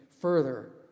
further